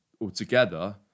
altogether